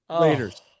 Raiders